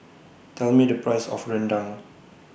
Tell Me The Price of Rendang